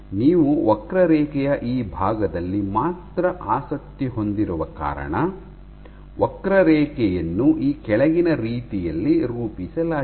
ನೀವು ವಕ್ರರೇಖೆಯ ಈ ಭಾಗದಲ್ಲಿ ಮಾತ್ರ ಆಸಕ್ತಿ ಹೊಂದಿರುವ ಕಾರಣ ವಕ್ರರೇಖೆಯನ್ನು ಈ ಕೆಳಗಿನ ರೀತಿಯಲ್ಲಿ ರೂಪಿಸಲಾಗಿದೆ